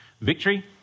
Victory